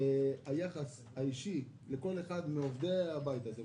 היחס האישי לכל אחד מעובדי הבית הזה,